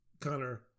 Connor